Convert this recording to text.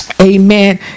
Amen